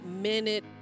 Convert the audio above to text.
minute